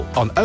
on